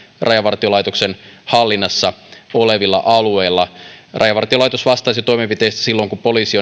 rajavartiolaitoksen hallinnassa olevilla alueilla rajavartiolaitos vastaisi toimenpiteistä silloin kun poliisi